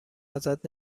ازت